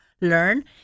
learn